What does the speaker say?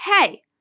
hey